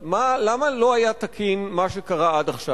למה לא היה תקין מה שקרה עד עכשיו?